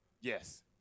Yes